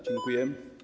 Dziękuję.